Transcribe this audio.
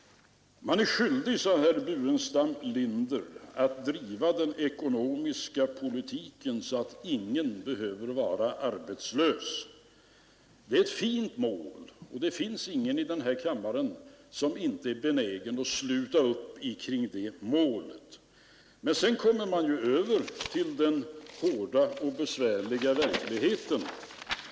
Man är skyldig, sade herr Burenstam Linder, att driva den ekonomiska politiken så, att ingen behöver vara arbetslös. Det är ett fint mål, och det finns ingen i den här kammaren som inte är benägen att sluta upp kring det målet. Men sedan kommer man ju över till den hårda och besvärliga verkligheten.